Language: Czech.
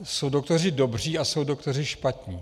Jsou doktoři dobří a jsou doktoři špatní.